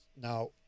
now